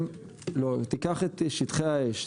תיקח את שטחי האש.